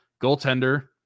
goaltender